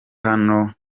hano